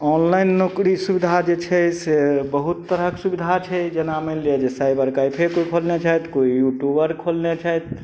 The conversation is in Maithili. ऑनलाइन नौकरी सुविधा जे छै से बहुत तरहक सुविधा छै जेना मानि लिअ जे साइबर कैफे कोइ खोलने छथि कोइ यूट्यूबर खोलने छैथ